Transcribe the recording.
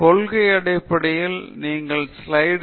இது மிகவும் பிஸியாக இருக்கும் வரைபடம் மிகவும் பிஸியான ஸ்லைடு